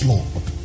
Lord